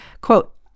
quote